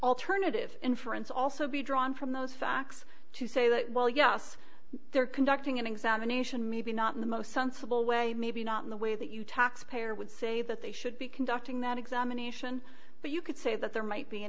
alternative inference also be drawn from those facts to say that well yes they're conducting an examination maybe not in the most sensible way maybe not in the way that you taxpayer would say that they should be conducting that examination but you could say that there might be an